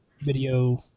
video